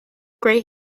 gray